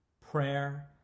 prayer